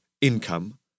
income